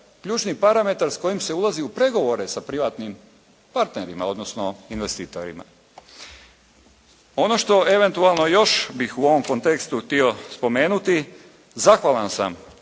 ključni parametar s kojim se ulazi u pregovore sa privatnim partnerima, odnosno investitorima. Ono što eventualno još bih u ovom kontekstu htio spomenuti, zahvalan sam,